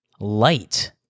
Light